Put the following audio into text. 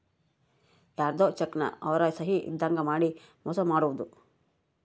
ಯಾರ್ಧೊ ಚೆಕ್ ನ ಅವ್ರ ಸಹಿ ಇದ್ದಂಗ್ ಮಾಡಿ ಮೋಸ ಮಾಡೋದು